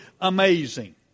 amazing